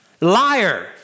liar